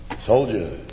Soldier